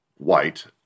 White